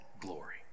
glory